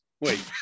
Wait